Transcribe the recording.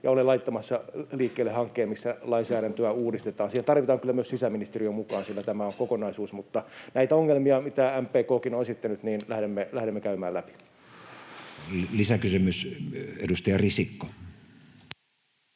ja olen laittamassa liikkeelle hankkeen, missä lainsäädäntöä uudistetaan. Siihen tarvitaan kyllä myös sisäministeriö mukaan, sillä tämä on kokonaisuus. Näitä ongelmia, mitä MPK:kin on esittänyt, lähdemme käymään läpi. Lisäkysymys, edustaja Risikko.